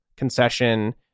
concession